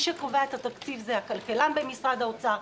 שקובע את התקציב זה הכלכלן במשרד האוצר,